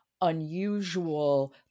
unusual